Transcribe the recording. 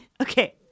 Okay